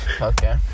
Okay